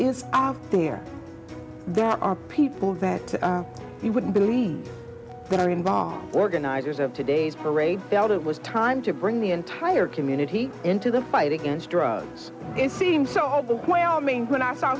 on here there are people that he would believe that are involved organizers of today's parade felt it was time to bring the entire community into the fight against drugs it seemed so overwhelming when i saw